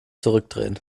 zurückdrehen